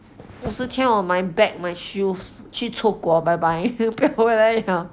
五十千我买 bag 买 shoes 去出国 bye bye 不要回来了